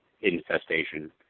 infestation